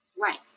Right